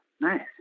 nice